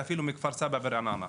ואפילו מכפר סבא ורעננה.